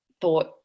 thought